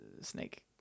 snake